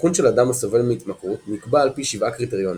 אבחון של אדם הסובל מהתמכרות נקבע על פי שבעה קריטריונים.